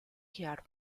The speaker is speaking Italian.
chiaro